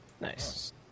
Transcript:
Nice